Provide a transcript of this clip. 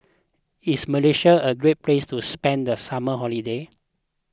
is Malaysia a great place to spend the summer holiday